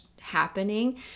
happening